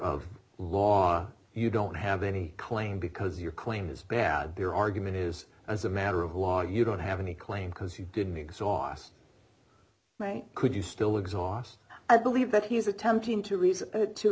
of law you don't have any claim because your claim is bad your argument is as a matter of law you don't have any claim because you didn't exhaust could you still exhaust i believe that he's attempting to